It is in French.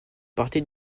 parties